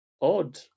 odd